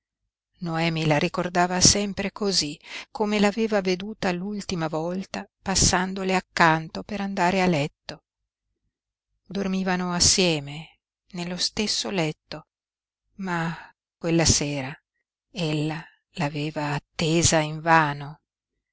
noemi la ricordava sempre cosí come l'aveva veduta l'ultima volta passandole accanto per andare a letto dormivano assieme nello stesso letto ma quella sera ella l'aveva attesa invano